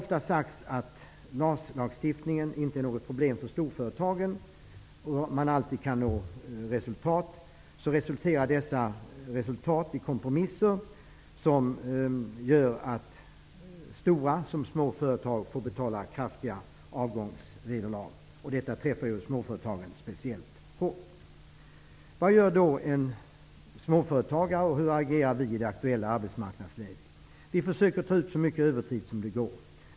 Det har ofta sagts att LAS inte är något problem för storföretagen och att man alltid kan nå resultat. Men det resulterar ofta i kompromisser som gör att såväl stora som små företag får betala kraftiga avgångsvederlag. Det träffar småföretagen speciellt hårt. Hur agerar vi då som småföretagare i det aktuella arbetsmarknadsläget? Vi försöker ta ut så mycket övertid som det går.